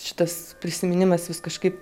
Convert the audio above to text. šitas prisiminimas vis kažkaip